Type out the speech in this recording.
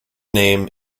name